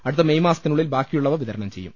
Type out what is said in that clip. അടുത്ത മേയ് മാസത്തിനുള്ളിൽ ബാക്കിയുള്ളവ വിതരണം ചെയ്യും